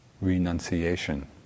renunciation